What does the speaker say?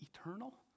eternal